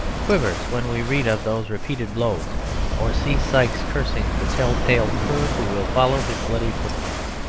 quivers when we read of those repeated blows or see sikes cursing the tell-tale cur who will follow his bloody foot-prints.